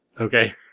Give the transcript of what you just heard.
Okay